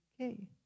Okay